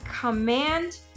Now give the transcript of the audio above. command